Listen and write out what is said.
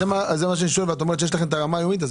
זה מה שאני שואל ואת אומרת שיש לכם ברמה היומית.